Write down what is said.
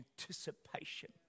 anticipation